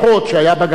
שהיה בו גם רופא,